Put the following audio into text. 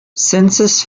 census